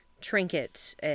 trinket